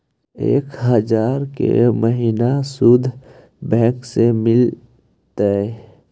एक हजार के महिना शुद्ध बैंक से मिल तय?